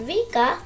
Vika